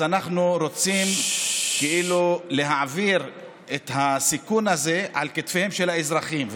אז רוצים כאילו להעביר את הסיכון הזה על כתפיהם של האזרחים.